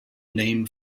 name